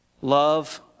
Love